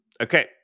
Okay